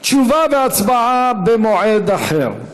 תשובה והצבעה במועד אחר.